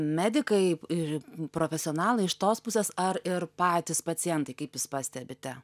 medikai ir profesionalai iš tos pusės ar ir patys pacientai kaip jūs pastebite